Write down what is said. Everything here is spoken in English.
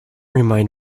remind